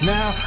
Now